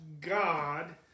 God